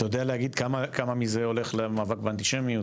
אתה יודע לומר כמה מזה הולך למאבק באנטישמיות,